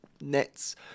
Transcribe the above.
nets